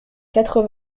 quatre